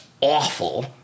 awful